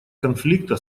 конфликта